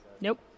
Nope